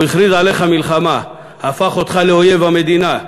הוא הכריז עליך מלחמה, הפך אותך לאויב המדינה.